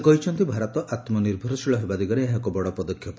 ସେ କହିଛନ୍ତି ଭାରତ ଆତ୍କନିଭରଶୀଳ ହେବା ଦିଗରେ ଏହା ବଡ଼ ପଦକ୍ଷେପ